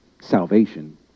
salvation